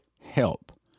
help